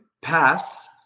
pass